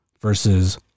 versus